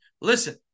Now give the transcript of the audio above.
Listen